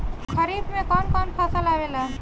खरीफ में कौन कौन फसल आवेला?